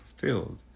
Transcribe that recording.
fulfilled